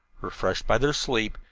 refreshed by their sleep,